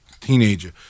teenager